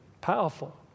powerful